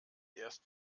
erst